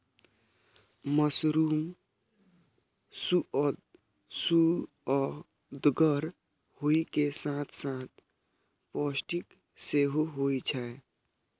mushroom सुअदगर होइ के साथ साथ पौष्टिक सेहो होइ छै